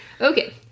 Okay